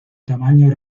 tamaño